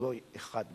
גוי אחד בארץ.